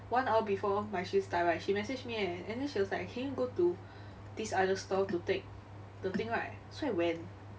one hour before my shift start right she message me eh and then she was like can you go to this other store to take the thing right so I went